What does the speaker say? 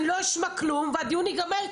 אני לא אשמע כלום והדיון ייגמר,